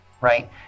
right